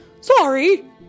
sorry